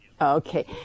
Okay